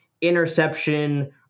interception